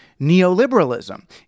neoliberalism